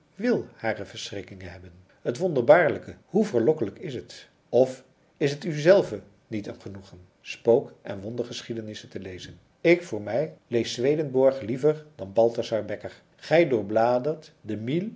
wil hare verschrikkingen hebben het wonderbaarlijke hoe verlokkelijk is het of is het uzelven niet een genoegen spook en wondergeschiedenissen te lezen ik voor mij lees swedenborg liever dan balthazar bekker gij doorbladert de